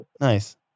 Nice